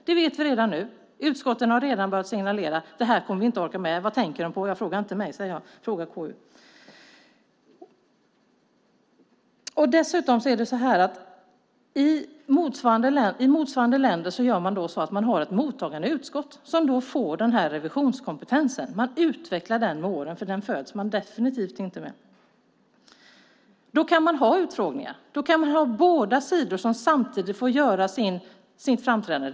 Det vet vi redan nu. Utskotten har redan börjat signalera att de inte kommer att orka med detta. Man undrar: Vad tänker de på? Ja, fråga inte mig, svarar jag. Fråga KU! I andra länder har man ett mottagande utskott som får revisionskompetensen. Man utvecklar den med åren, för den föds man definitivt inte med. Då kan man ha utfrågningar där båda sidor samtidigt får göra sitt framträdande.